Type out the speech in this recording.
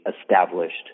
established